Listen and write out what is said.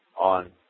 on